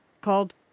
called